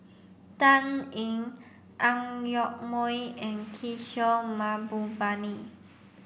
Dan Ying Ang Yoke Mooi and Kishore Mahbubani